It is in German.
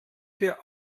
wir